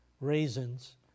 raisins